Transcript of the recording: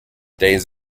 days